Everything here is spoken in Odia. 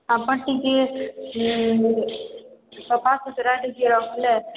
ଆପଣ ଟିକେ ଉଁ ସଫାସୁତରା ଟିକେ ରଖିଲେ